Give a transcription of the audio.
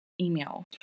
email